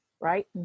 right